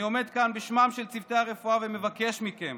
אני עומד כאן בשמם של צוותי הרפואה ומבקש מכם